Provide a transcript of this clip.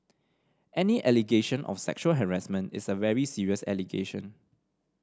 any allegation of sexual harassment is a very serious allegation